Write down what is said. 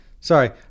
Sorry